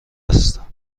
است